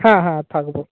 হ্যাঁ হ্যাঁ থাকবো